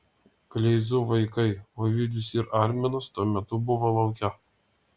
kleizų vaikai ovidijus ir arminas tuo metu buvo lauke